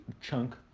chunk